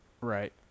Right